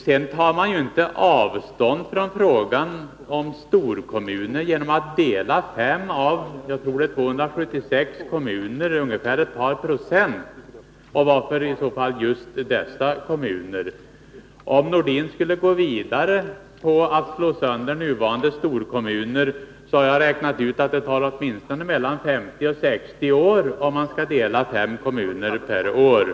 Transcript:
Sedan tar man inte avstånd från frågan om storkommuner genom att dela fem av landets 276 kommuner, ungefär ett par procent. Och varför just dessa kommuner? Om Sven-Erik Nordin skulle fortsätta med att slå sönder nuvarande storkommuner, har jag räknat ut att det tar åtminstone 50-60 år, om man delar fem kommuner per år.